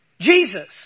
Jesus